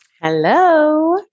Hello